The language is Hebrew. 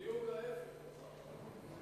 בדיוק ההיפך הוכח.